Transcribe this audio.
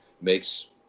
makes